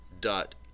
dot